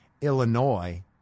Illinois